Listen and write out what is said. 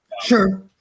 Sure